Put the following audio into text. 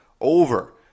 over